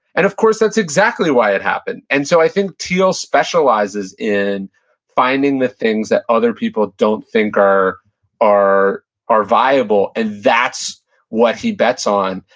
and of course, that's exactly why it happened. and so i think thiel specializes in finding the things that other people don't think are are viable, and that's what he bets on.